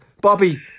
Bobby